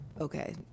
Okay